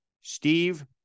Steve